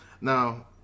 now